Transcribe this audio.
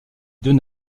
deux